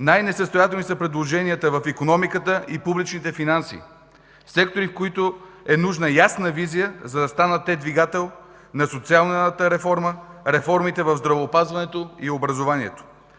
Най-несъстоятелни са предложенията в икономиката и публичните финанси – секторите, в които е нужна ясна визия, за да станат те двигател на социалната реформа, реформите в здравеопазването и в образованието.